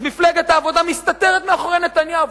אז מפלגת העבודה מסתתרת מאחורי נתניהו,